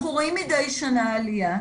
אנחנו רואים מדי שנה עלייה.